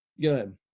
Good